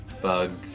bug